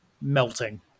melting